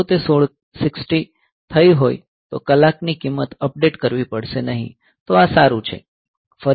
જો તે 60 થઈ હોય તો કલાક ની કિંમત અપડેટ કરવી પડશે નહીં તો આ સારું છે